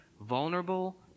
vulnerable